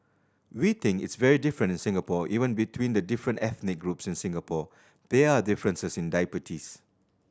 we think it's very different in Singapore even between the different ethnic groups in Singapore there are differences in diabetes